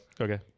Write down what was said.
Okay